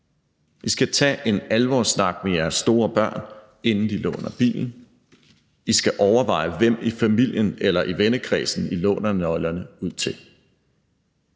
I skal tage en alvorssnak med jeres store børn, inden de låner bilen, I skal overveje, hvem i familien eller vennekredsen I låner nøglerne ud til.